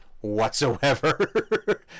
whatsoever